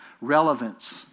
relevance